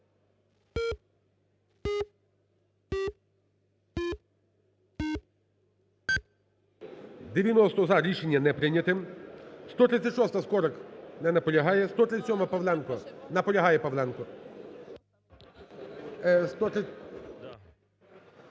За-90 Рішення не прийнято. 136-а, Скорик. Не наполягає. 137-а, Павленко. Наполягає, Павленко.